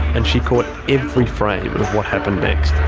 and she caught every frame of what happened next.